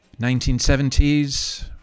1970s